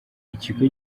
ikigo